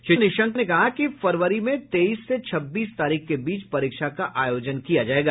श्री निशंक ने कहा कि फरवरी में तेईस से छब्बीस तारीख के बीच परीक्षा का आयोजन किया जाएगा